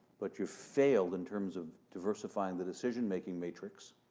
but you've failed in terms of diversifying the decision making matrix.